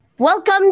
Welcome